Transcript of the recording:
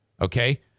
Okay